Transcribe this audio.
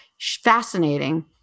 fascinating